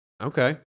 okay